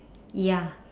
ya